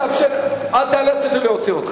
אל תאלץ אותי להוציא אותך.